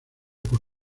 por